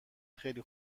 خیلی